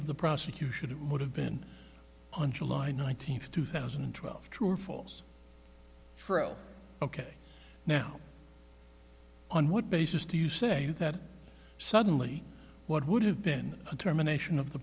of the prosecution would have been on july nineteenth two thousand and twelve true or false true ok now on what basis do you say that suddenly what would have been a terminations of the